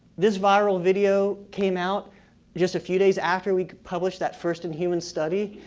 this viral video came out just a few days after we published that first in human study.